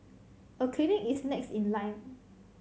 a clinic is next in line